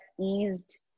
eased